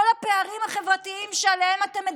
כל הפערים החברתיים שעליהם אתם מדברים,